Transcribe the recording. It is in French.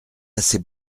assez